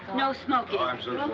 no smoking. i'm so